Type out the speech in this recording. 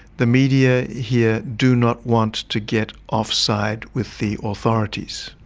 the media here do not want to get offside with the authorities,